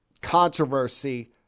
controversy